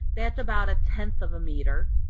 that's about a tenth of a meter.